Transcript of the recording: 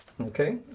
Okay